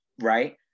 right